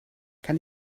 kann